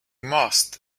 must